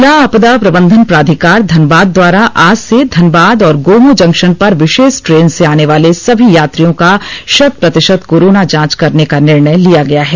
जिला आपदा प्रबंधन प्राधिकार धनबाद द्वारा आज से धनबाद और गोमो जंक्शन पर विशेष ट्रेन से आने वाले सभी यात्रियों का शत प्रतिशत कोरोना जांच करने का निर्णय लिया गया है